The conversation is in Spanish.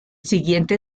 siguiente